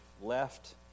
left